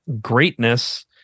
greatness